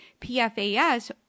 PFAS